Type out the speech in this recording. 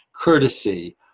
Courtesy